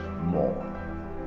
more